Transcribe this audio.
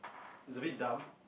it's abit dumb